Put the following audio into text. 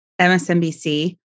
MSNBC